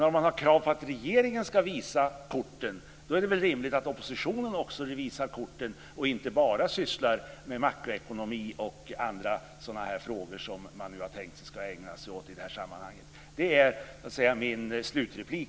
Om man har krav på att regeringen ska visa korten är det väl rimligt att också oppositionen visar korten och inte bara sysslar med makroekonomi och andra sådana frågor som man nu tänkt sig att man ska ägna sig åt i det här sammanhanget. Det är min slutreplik.